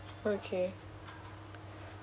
okay